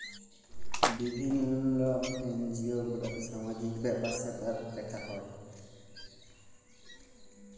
বিভিল্য এনজিও গুলাতে সামাজিক ব্যাপার স্যাপার দ্যেখা হ্যয়